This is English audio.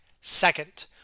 Second